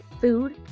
food